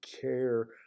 care